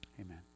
Amen